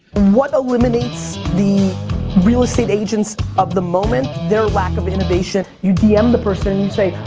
what eliminates the real estate agents of the moment, their lack of innovation. you dm the person and say,